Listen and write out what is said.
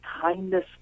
kindness